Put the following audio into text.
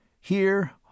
Here